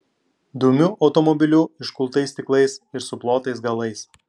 dumiu automobiliu iškultais stiklais ir suplotais galais